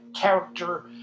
character